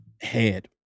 Head